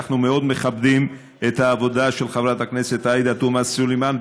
אנחנו מאוד מכבדים את העבודה של חברת הכנסת עאידה תומא סלימאן,